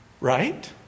Right